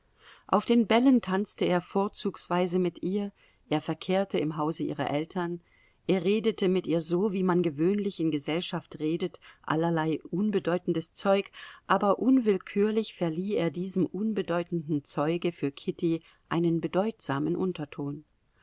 auf den bällen tanzte er vorzugsweise mit ihr er verkehrte im hause ihrer eltern er redete mit ihr so wie man gewöhnlich in gesellschaft redet allerlei unbedeutendes zeug aber unwillkürlich verlieh er diesem unbedeutenden zeuge für kitty einen bedeutsamen unterton